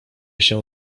się